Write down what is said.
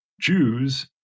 Jews